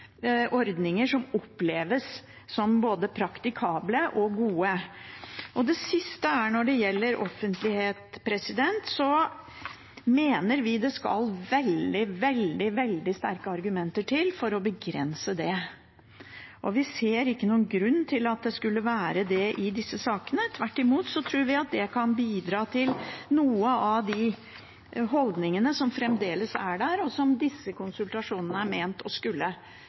ordninger som oppleves som både praktikable og gode. Det siste gjelder offentlighet, og der mener vi det skal veldig sterke argumenter til for å begrense det. Vi ser ikke noen grunn til at det skulle være det i disse sakene. Vi tror tvert imot at det kan bidra til å gjøre noe med de holdningene som fremdeles er der, og som disse konsultasjonene er ment å skulle